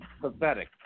pathetic